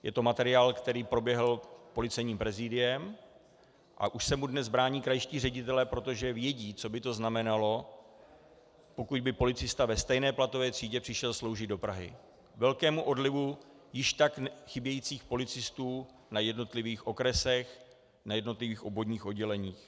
Je to materiál, který proběhl Policejním prezídiem, ale už se mu dnes brání krajští ředitelé, protože vědí, co by to znamenalo, pokud by policista ve stejné platové třídě přišel sloužit do Prahy: velký odliv již tak chybějících policistů na jednotlivých okresech, na jednotlivých obvodních odděleních.